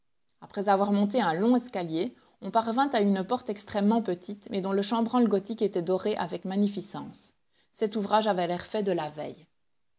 après avoir monté un long escalier on parvint à une porte extrêmement petite mais dont le chambranle gothique était doré avec magnificence cet ouvrage avait l'air fait de la veille